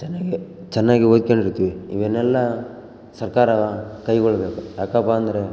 ಚೆನ್ನಾಗಿ ಚೆನ್ನಾಗಿ ಒದ್ಕೊಂಡಿರ್ತೀವಿ ಇವನ್ನೆಲ್ಲ ಸರ್ಕಾರ ಕೈಗೊಳ್ಬೇಕು ಯಾಕಪ್ಪಾ ಅಂದರೆ